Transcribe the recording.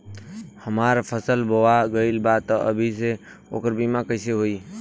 हमार फसल बोवा गएल बा तब अभी से ओकर बीमा कइसे होई?